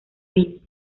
billy